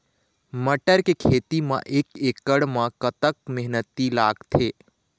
मटर के खेती म एक एकड़ म कतक मेहनती लागथे?